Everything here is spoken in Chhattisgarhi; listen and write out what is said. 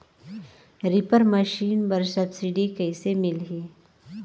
रीपर मशीन बर सब्सिडी कइसे मिलही?